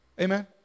Amen